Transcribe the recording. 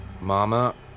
Mama